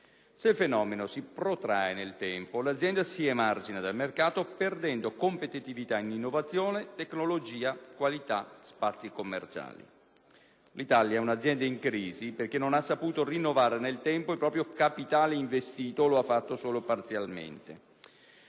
Se il fenomeno si protrae nel tempo l'azienda si emargina dal mercato perdendo competitività in innovazione, tecnologia, qualità, spazi commerciali. L'Italia è un'azienda in crisi perché non ha saputo rinnovare nel tempo il proprio capitale investito, o lo ha fatto solo parzialmente.